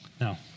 Now